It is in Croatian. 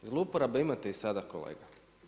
Zlouporabe imate i sada kolega.